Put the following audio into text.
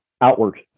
outward